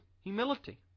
humility